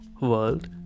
world